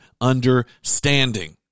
understanding